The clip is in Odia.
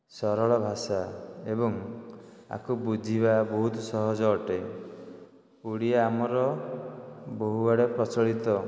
ସରଳ ଭାଷା ଏବଂ ଏହାକୁ ବୁଝିବା ବହୁତ ସହଜ ଅଟେ ଓଡ଼ିଆ ଆମର ବହୁ ଆଡ଼େ ପ୍ରଚଳିତ